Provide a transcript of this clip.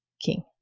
king